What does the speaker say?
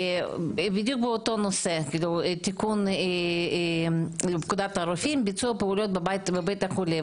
בדיוק באותו נושא: תיקון לפקודת הרופאים (ביצוע פעולות בבית החולה).